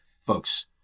Folks